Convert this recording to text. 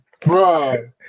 Bro